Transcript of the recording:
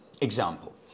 Example